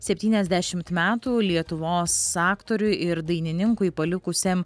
septyniasdešimt metų lietuvos aktoriui ir dainininkui palikusiam